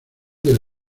del